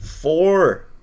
four